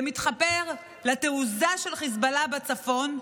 זה מתחבר לתעוזה של חיזבאללה בצפון,